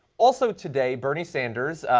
also today, bernie sanders,